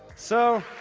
so,